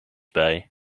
bij